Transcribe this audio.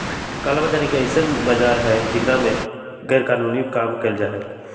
काला बाजार एक ऐसन बाजार हई जेकरा में गैरकानूनी काम कइल जाहई